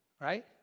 right